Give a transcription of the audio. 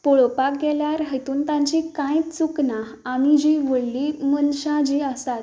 पळोवपाक गेल्यार हातूंत तांची कांयच चूक ना आमी जी व्हडली मनशांं जी आसात